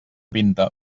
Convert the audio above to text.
pinta